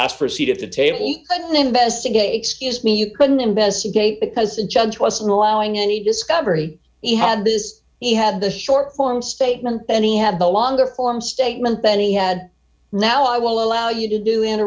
asked for a seat of the table and investigate scuse me you couldn't investigate because the judge wasn't allowing any discovery he had this he had the short form statement then he had the longer form statement that he had now i will allow you to do